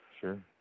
Sure